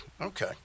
Okay